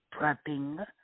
prepping